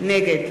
נגד